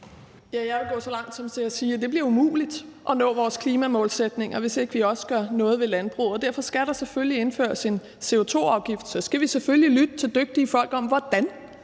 Jeg vil gå så langt som til at sige, at det bliver umuligt at nå vores klimamålsætninger, hvis ikke vi også gør noget ved landbruget, og derfor skal der selvfølgelig indføres en CO2-afgift. Så skal vi selvfølgelig lytte til dygtige folk og høre, hvordan